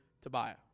Tobiah